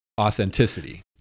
authenticity